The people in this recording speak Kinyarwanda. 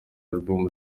album